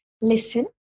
Listen